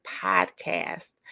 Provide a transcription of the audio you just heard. podcast